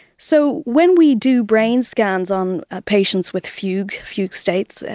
so when we do brain scans on patients with fugue fugue states,